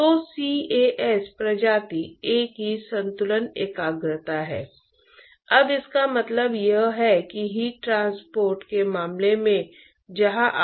और कंसंट्रेशन सीमा परत मास्स ट्रांसपोर्ट से मेल खाती है